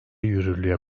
yürürlüğe